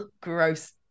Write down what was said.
gross